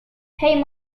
hey